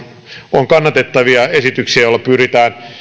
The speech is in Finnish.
on kannatettavia esityksiä joilla pyritään